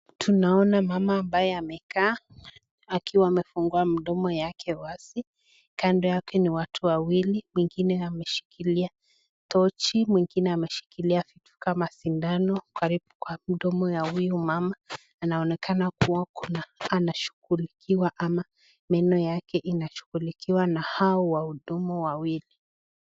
Tunaona mama ambaye amekaa akiwa amefungua mdomo yake wazi kando yake ni watu wawili mwingine ameshikilia tochi mwingine ameshikilia vitu kama sindano kwa mdomo ya huyu mama. Anaonekana kuwa anashughulikiwa ama meno yake inashughulikiwa na hao wahudumu wawili.